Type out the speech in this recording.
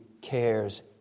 cares